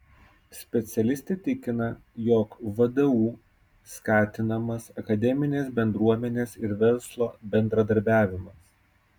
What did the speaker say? specialistė tikina jog vdu skatinamas akademinės bendruomenės ir verslo bendradarbiavimas